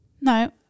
No